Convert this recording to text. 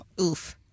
oof